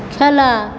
খেলা